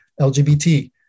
LGBT